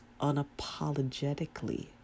unapologetically